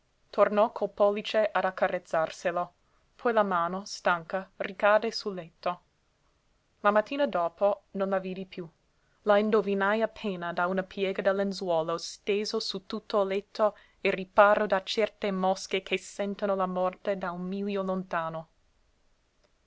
tornò col pollice ad accarezzarselo poi la mano stanca ricadde sul letto la mattina dopo non la vidi piú la indovinai appena da una piega del lenzuolo steso su tutto il letto a riparo da certe mosche che sentono la morte da un miglio lontano